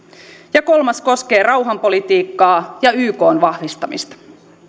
ja kolmas koskee rauhanpolitiikkaa ja ykn vahvistamista